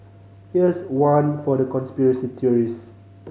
here's one for the conspiracy theorists